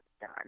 done